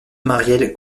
marielle